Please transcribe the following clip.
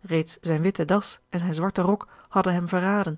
reeds zijn witte das en zijn zwarte rok hadden hem verraden